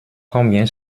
combien